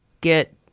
get